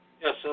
Yes